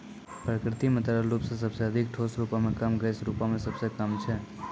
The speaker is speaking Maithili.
प्रकृति म तरल रूप सबसें अधिक, ठोस रूपो म कम, गैस रूपो म सबसे कम छै